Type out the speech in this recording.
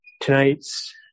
Tonight's